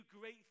great